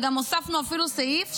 וגם הוספנו אפילו סעיף,